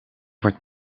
wordt